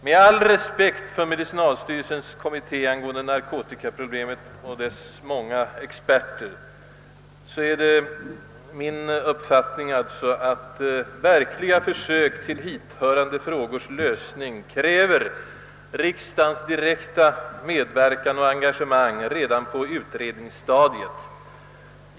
Med all respekt för medicinalstyrelsens narkomanvårdskommitté och dess många experter är det alltså min uppfattning att verkligt kraftfulla försök till lösning av hithörande spörsmål kräver riksdagens direkta medverkan och engagemang redan på utredningsstadiet.